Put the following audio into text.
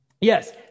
yes